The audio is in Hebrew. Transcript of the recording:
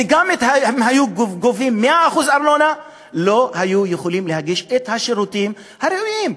וגם אם היו גובים 100% ארנונה לא היו יכולים להגיש את השירותים הראויים.